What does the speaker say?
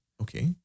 Okay